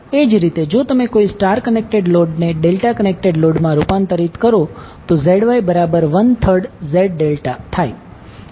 એ જ રીતે જો તમે કોઈ સ્ટાર કનેક્ટેડ લોડને ડેલ્ટા કનેક્ટેડ લોડ માં રૂપાંતરિત કરો તો ZY13Z∆